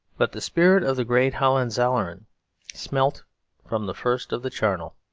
but the spirit of the great hohenzollern smelt from the first of the charnel.